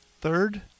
third